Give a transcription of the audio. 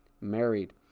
married